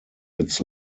its